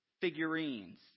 figurines